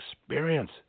experience